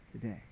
today